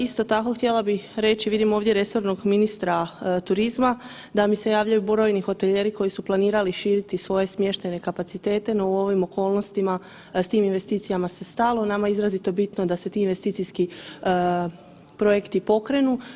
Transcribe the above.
Isto tako htjela bi reći, vidim ovdje resornog ministra turizma, da mi se javljaju brojni hotelijeri koji su planirali širiti svoje smještajne kapacitete, no u ovim okolnostima s tim investicijama se stalo, nama je izrazito bitno da se ti investicijski projekti pokrenu.